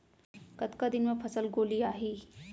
कतका दिन म फसल गोलियाही?